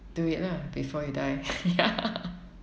do it lah before you die ya